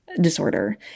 disorder